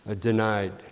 denied